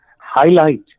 highlight